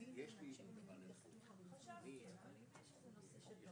אז אני קורא עליך, ישראל אשר בך